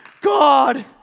God